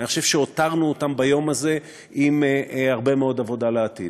אני חושב שהותרנו אותן ביום הזה עם הרבה מאוד עבודה לעתיד.